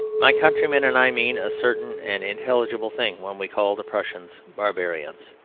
my countrymen and i mean a certain and intelligible thing when we call the prussians barbarians.